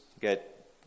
get